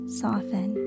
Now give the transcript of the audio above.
soften